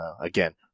again